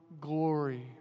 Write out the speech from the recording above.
glory